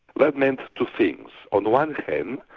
that meant two things. on the one hand,